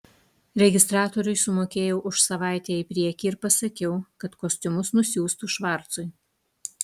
registratoriui sumokėjau už savaitę į priekį ir pasakiau kad kostiumus nusiųstų švarcui